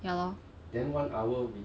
ya lor